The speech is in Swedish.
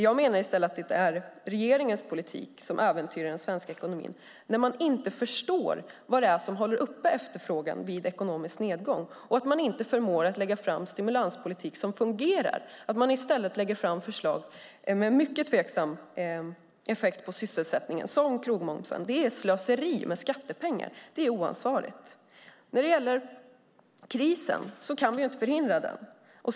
Jag menar i stället att det är regeringens politik som äventyrar den svenska ekonomin, när man inte förstår vad det är som håller uppe efterfrågan vid ekonomisk nedgång och inte förmår lägga fram stimulanspolitik som fungerar utan i stället lägger fram förslag med mycket tveksam effekt på sysselsättningen, som krogmomsen. Det är slöseri med skattepengar. Det är oansvarigt. Krisen kan vi inte förhindra.